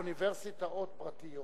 אוניברסיטאות פרטיות,